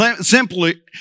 simply